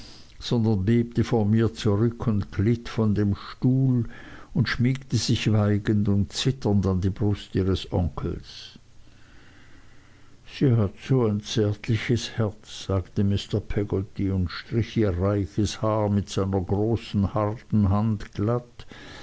sondern bebte vor mir zurück und glitt von dem stuhl und schmiegte sich schweigend und zitternd an die brust ihres onkels sie hat so ein zärtliches herz sagte mr peggotty und strich ihr reiches haar mit seiner großen harten hand glatt